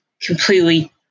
completely